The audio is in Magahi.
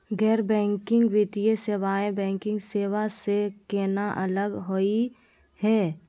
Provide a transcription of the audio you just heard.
गैर बैंकिंग वित्तीय सेवाएं, बैंकिंग सेवा स केना अलग होई हे?